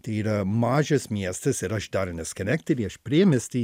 tai yra mažas miestas ir aš dar ne skenektery aš priemiesty